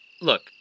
Look